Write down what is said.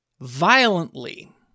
violently